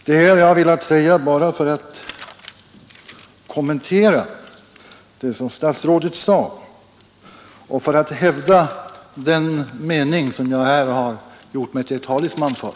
Detta har jag velat säga som kommentar till vad statsrådet sade och för att hävda den mening jag här har gjort mig till talesman för.